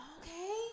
Okay